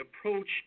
approach